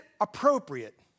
appropriate